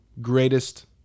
greatest